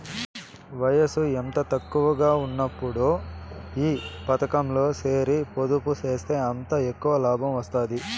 వయసు ఎంత తక్కువగా ఉన్నప్పుడు ఈ పతకంలో సేరి పొదుపు సేస్తే అంత ఎక్కవ లాబం వస్తాది